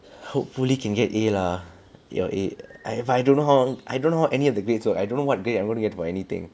hopefully can get A lah ya A I if I don't know how I don't know any of the grade so I don't know what grade I'm gonna get for anything